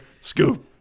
Scoop